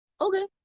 Okay